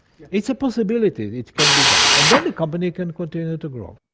it's a possibility, it can be done. and then the company can continue to grow.